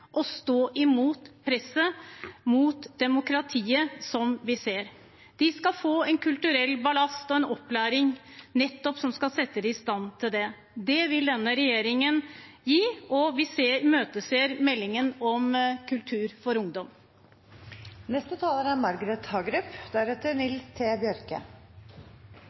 stå imot det presset mot demokratiet som vi ser. De skal få en kulturell ballast og en opplæring som nettopp skal sette dem i stand til det. Det vil denne regjeringen gi, og vi imøteser meldingen om kultur for